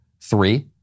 Three